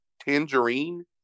Tangerine